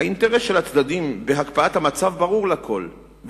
האינטרס של המצדדים בהקפאת המצב ברור לכול,